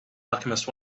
alchemist